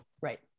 Right